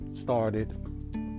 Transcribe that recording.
started